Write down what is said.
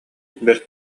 бэрт